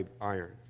iron